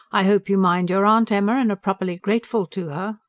i hope you mind your aunt, emma, and are properly grateful to her?